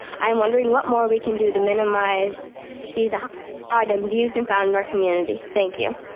i'm wondering what more we can do to minimize these um items used and found in our community, thank you.